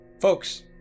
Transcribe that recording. Folks